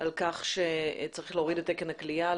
על כך שצריך להוריד את תקן הכליאה על